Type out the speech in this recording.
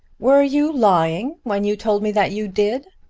were you lying when you told me that you did?